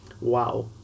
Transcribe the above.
Wow